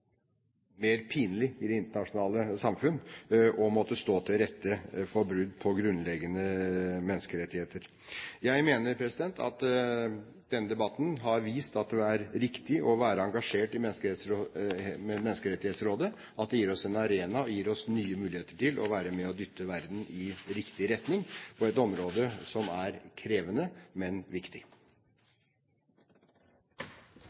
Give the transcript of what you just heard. mer pinlig i det internasjonale samfunn å måtte stå til rette for brudd på grunnleggende menneskerettigheter. Jeg mener at denne debatten har vist at det er riktig å være engasjert i Menneskerettighetsrådet, at det gir oss en arena, og at det gir oss nye muligheter til å være med og dytte verden i riktig retning på et område som er krevende, men viktig.